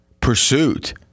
pursuit